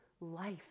life